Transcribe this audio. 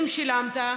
אם שילמת,